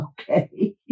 okay